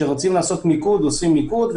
כשרוצים לעשות מיקוד עושים מיקוד,